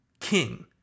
king